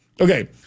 okay